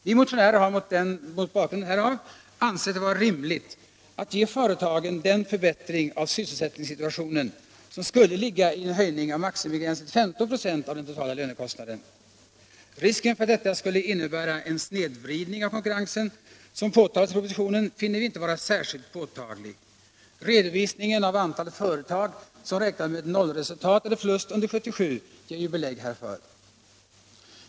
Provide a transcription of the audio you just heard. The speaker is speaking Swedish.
Vi motionärer har mot bakgrund härav ansett det vara rimligt att ge företagen den förbättring av sysselsättningssituationen som skulle ligga i en höjning av maximigränsen till 15 96 av företagets totala lönekostnader. Risken för att detta skulle innebära en snedvridning av konkurrensen, som påtalats i propositionen, finner vi inte vara särskilt påtaglig. Redovisningen av antalet företag som räknar med nollresultat eller plus under 1977 ger ju belägg härför.